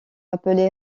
appelée